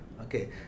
Okay